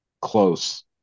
close